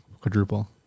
quadruple